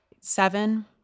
Seven